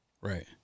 Right